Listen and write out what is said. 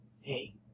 Hey